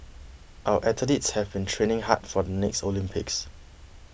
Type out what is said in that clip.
our athletes have been training hard for the next Olympics